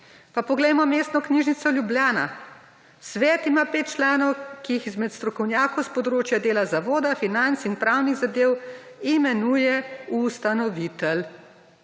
3. Poglejmo, Mestno knjižnico Ljubljana. Svet ima 5 članov, ki jih izmed strokovnjakov s področja dela zavoda, financ in pravnih zadev imenuje ustanovitelj